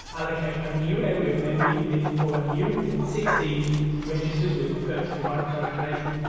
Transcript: allocate a new area of memory with four new sixteen registers with thirty two bytes total data.